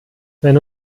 wenn